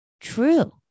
true